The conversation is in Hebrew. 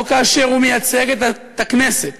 או כאשר הוא מייצג את הכנסת